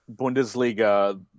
Bundesliga